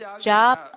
Job